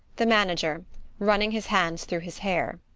the manager running his hands through his hair.